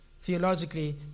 theologically